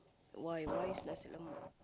why why is nasi-lemak